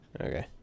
Okay